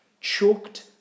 choked